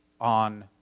on